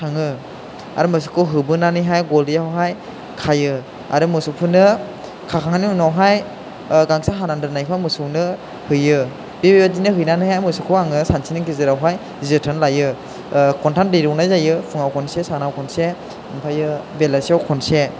थाङो आरो मोसौखौ होबोनानैहाय गलियावहाय खायो आरो मोसौखौनो खाखांनायनि उनावहाय गांसो हानानै दोननायखौ मोसौनो होयो बेदिनो हैनानैहाय मोसौखौ आङो सानसेनि गेजेरावहाय जोथोन लायो खनथाम दै दौनाय जायो फुङाव खनसे सानाव खनसे ओमफ्रायो बेलासियाव खनसे